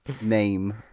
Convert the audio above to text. name